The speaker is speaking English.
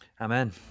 Amen